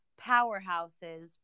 powerhouses